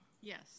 Yes